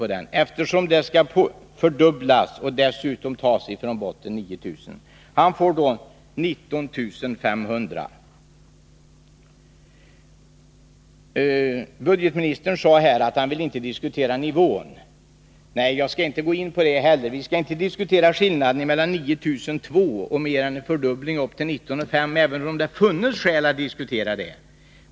för denna byggnad, eftersom taxeringsvärdet skall fördubblas och man skall börja från botten. Han får då ett totalt bostadsvärde på 19 500 kr. Ekonomioch budgetministern sade att han inte vill diskutera nivån. Jag skall inte gå in på den saken. Vi skall inte heller diskutera skillnaden mellan 9 200 och en fördubbling upp till 19 500, även om det funnes skäl att diskutera detta.